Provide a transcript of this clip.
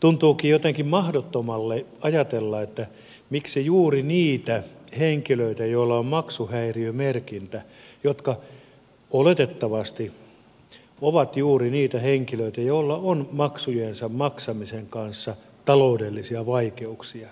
tuntuukin jotenkin mahdottomalta ajatella että juuri niiden henkilöiden kohdalla joilla on maksuhäiriömerkintä ja jotka oletettavasti ovat juuri niitä henkilöitä joilla on maksujensa maksamisen kanssa taloudellisia vaikeuksia